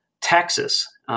Texas